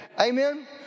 Amen